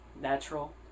natural